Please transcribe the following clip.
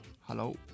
Hello